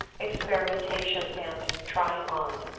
experimentation, and trying on.